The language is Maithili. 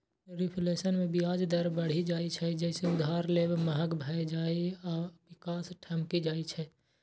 रिफ्लेशन मे ब्याज दर बढ़ि जाइ छै, जइसे उधार लेब महग भए जाइ आ विकास ठमकि जाइ छै